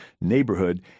neighborhood